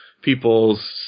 people's